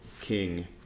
king